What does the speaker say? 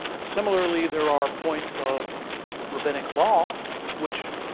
similarly, there are points of rabbinic law which,